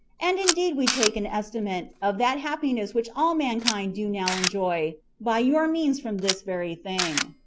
and indeed we take an estimate of that happiness which all mankind do now enjoy by your means from this very thing,